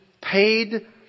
paid